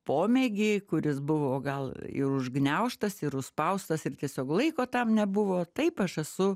pomėgį kuris buvo gal ir užgniaužtas ir užspaustas ir tiesiog laiko tam nebuvo taip aš esu